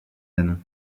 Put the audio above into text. nanon